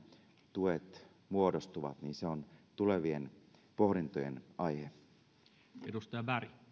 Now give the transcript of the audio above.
tuet muodostuvat se on tulevien pohdintojen aihe